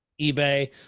eBay